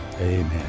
Amen